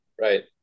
right